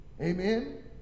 Amen